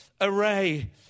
array